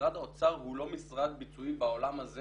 משרד האוצר הוא לא משרד ביצועי בעולם הזה